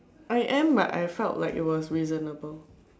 I am but I felt like it was reasonable